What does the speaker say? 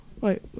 Wait